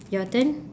your turn